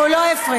והוא לא הפריע.